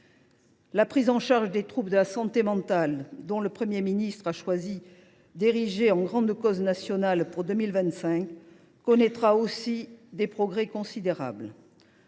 La prise en charge des troubles de la santé mentale, que le Premier ministre a choisi d’ériger en grande cause nationale pour 2025, connaîtra aussi des progrès considérables.